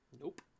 Nope